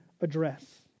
address